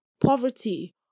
poverty